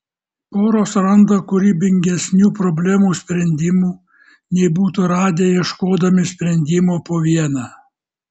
poros randa kūrybingesnių problemų sprendimų nei būtų radę ieškodami sprendimo po vieną